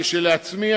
כשלעצמי,